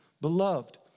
Beloved